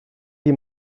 wie